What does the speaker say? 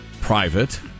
private